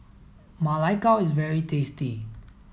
Ma Lai Gao is very tasty